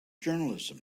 journalism